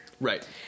Right